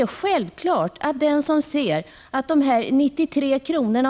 Den som ser att 93 kr.